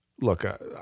look